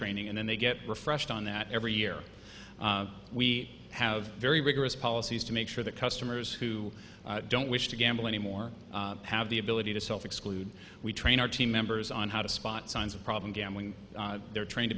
training and then they get refresh on that every year we have very rigorous policies to make sure that customers who don't wish to gamble anymore have the ability to self exclude we train our team members on how to spot signs of problem gambling they're tryin